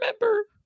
remember